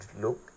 look